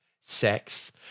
sex